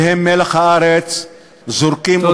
שהם מלח הארץ, זורקים, תודה.